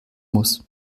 muss